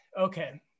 Okay